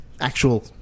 actual